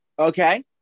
Okay